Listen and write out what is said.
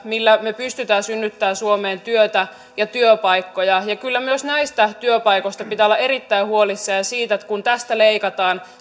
millä me pystymme synnyttämään suomeen työtä ja työpaikkoja kyllä myös näistä työpaikoista pitää olla erittäin huolissaan ja siitä mitä sillä aiheutetaan kun tästä leikataan